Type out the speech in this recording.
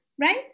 Right